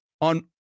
on